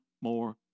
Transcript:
more